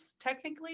technically